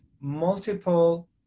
multiple